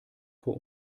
für